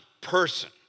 person